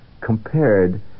compared